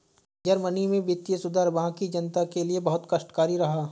Germany में वित्तीय सुधार वहां की जनता के लिए बहुत कष्टकारी रहा